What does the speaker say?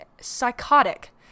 psychotic